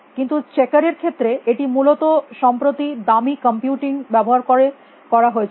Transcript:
কিন্তু চেকার এর ক্ষেত্রে এটি মূলত সম্প্রতি দামী কম্পিউটিং ব্যবহার করে করা হয়েছিল